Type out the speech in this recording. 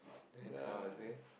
then how was it